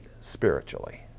spiritually